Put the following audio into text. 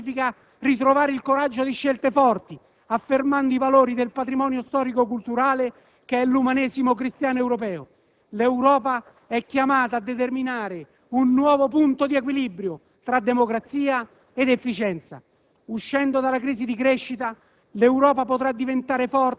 Guardare alle politiche per la famiglia con una nuova intensità significa ritrovare il coraggio di scelte forti, affermando i valori del patrimonio storico-culturale che è l'umanesimo cristiano europeo. L'Europa è chiamata a determinare un nuovo punto di equilibrio fra democrazia ed efficienza.